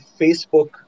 Facebook